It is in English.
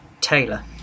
Taylor